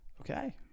Okay